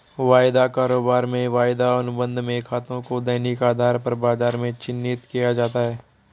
वायदा कारोबार में वायदा अनुबंध में खातों को दैनिक आधार पर बाजार में चिन्हित किया जाता है